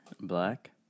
Black